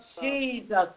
Jesus